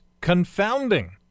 confounding